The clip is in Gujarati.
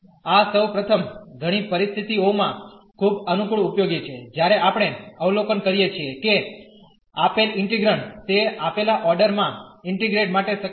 આ સૌ પ્રથમ ઘણી પરિસ્થિતિઓમાં ખૂબ અનુકૂળ ઉપયોગી છે જ્યારે આપણે અવલોકન કરીએ છીએ કે આપેલ ઇન્ટિગ્રેન્ડ તે આપેલા ઓર્ડર માં ઇન્ટીગ્રેટ માટે શક્ય નથી